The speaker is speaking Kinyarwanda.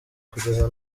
kugeza